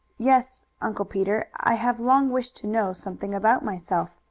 yes, uncle peter, i have long wished to know something about myself.